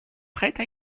prête